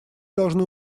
должны